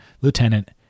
lieutenant